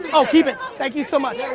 but ah keep it thank you so much.